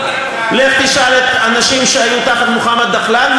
לך תשאל את האנשים שהיו תחת מוחמד דחלאן,